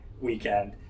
weekend